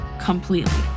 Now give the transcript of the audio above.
completely